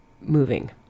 moving